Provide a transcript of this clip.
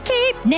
keep